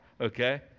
okay